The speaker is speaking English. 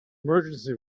emergency